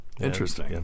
Interesting